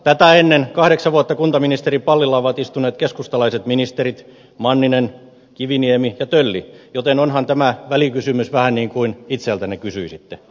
tätä ennen kahdeksan vuotta kuntaministerin pallilla ovat istuneet keskustalaiset ministerit manninen kiviniemi ja tölli joten onhan tämä välikysymys vähän niin kuin itseltänne kysyisitte